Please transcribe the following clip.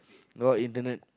no internet